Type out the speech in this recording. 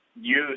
use